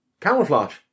Camouflage